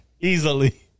easily